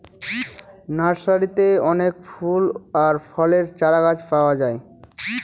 নার্সারিতে অনেক ফুল আর ফলের চারাগাছ পাওয়া যায়